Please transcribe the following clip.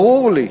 ברור לי.